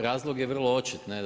Razlog je vrlo očit.